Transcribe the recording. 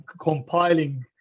compiling